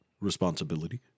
responsibility